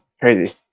Crazy